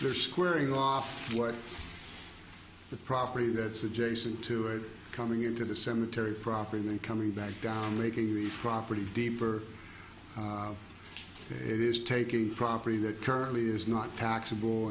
there's squaring off what the property that's adjacent to it coming into the cemetery property then coming back down making the property deeper it is taking property that currently is not taxable